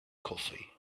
coffee